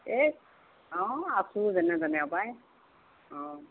এই অঁ আছোঁ যেনে তেনে আৰু পাই অঁ